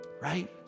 right